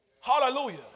Hallelujah